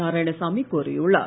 நாராயணசாமி கோரியுள்ளார்